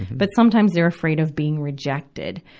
but sometimes they're afraid of being rejected.